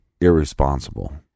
irresponsible